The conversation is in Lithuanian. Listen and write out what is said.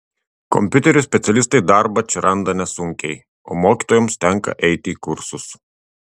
kompiuterių specialistai darbą čia randa nesunkiai o mokytojoms tenka eiti į kursus